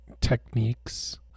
techniques